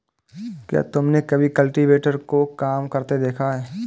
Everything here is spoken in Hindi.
क्या तुमने कभी कल्टीवेटर को काम करते देखा है?